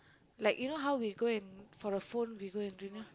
like you know how we go and for the phone we go and renew